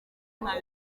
nta